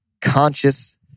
conscious